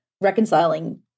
reconciling